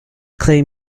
claim